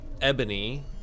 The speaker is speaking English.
ebony